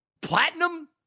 Platinum